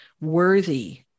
worthy